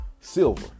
silver